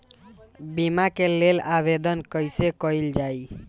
बीमा के लेल आवेदन कैसे कयील जाइ?